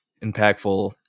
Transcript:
impactful